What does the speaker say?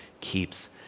keeps